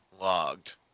logged